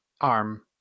arm